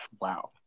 Wow